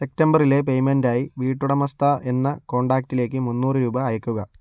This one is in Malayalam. സെപ്റ്റംബർലെ പേയ്മെന്റായി വീട്ടുടമസ്ഥ എന്ന കോണ്ടാക്ടിലേക്ക് മുന്നൂറ് രൂപ അയയ്ക്കുക